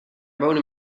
wonen